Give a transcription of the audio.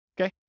Okay